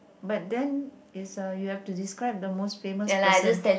but then is uh you have to describe the most famous person